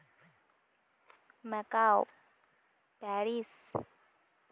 ᱢᱮᱠᱟᱣ Paris